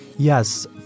Yes